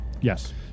Yes